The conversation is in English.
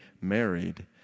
married